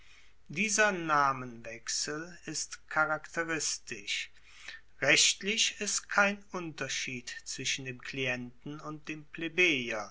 dieser namenwechsel ist charakteristisch rechtlich ist kein unterschied zwischen dem klienten und dem